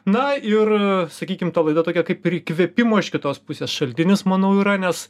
na ir sakykim ta laida tokia kaip ir įkvėpimo iš kitos pusės šaltinis manau yra nes